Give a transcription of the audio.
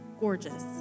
gorgeous